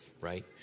right